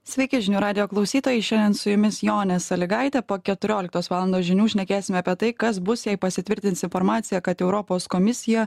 sveiki žinių radijo klausytojai šiandien su jumis jonė salygaitė po keturioliktos valandos žinių šnekėsime apie tai kas bus jei pasitvirtins informacija kad europos komisija